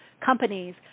companies